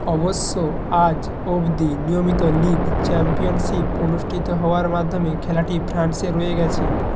অবশ্য আজ অবধি নিয়মিত লিগ চ্যাম্পিয়নশিপ অনুষ্ঠিত হওয়ার মাধ্যমে খেলাটি ফ্রান্সে রয়ে গিয়েছে